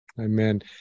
Amen